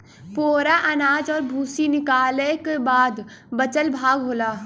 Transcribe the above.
पुवरा अनाज और भूसी निकालय क बाद बचल भाग होला